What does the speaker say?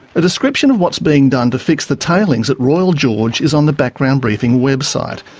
a description of what's being done to fix the tailings at royal george is on the background briefing website,